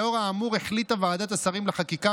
לאור האמור החליטה ועדת השרים לחקיקה,